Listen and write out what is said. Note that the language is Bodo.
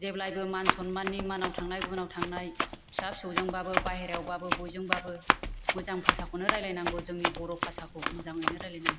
जेब्लायबो मान सन्माननि मानाव थांनाय गुनाव थांनाय फिसा फिसौजों बाबो बायह्रायावबाबो बयजोंबाबो मोजां भाषाखौनो रायलायनांगौ जोंनि बर' भाषाखौ मोजाङैनो रायलायनांगौ